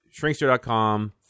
shrinkster.com